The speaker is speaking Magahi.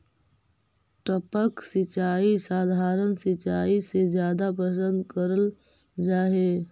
टपक सिंचाई सधारण सिंचाई से जादा पसंद करल जा हे